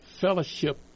fellowship